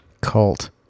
Cult